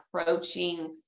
approaching